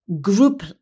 group